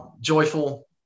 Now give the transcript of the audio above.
joyful